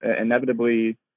inevitably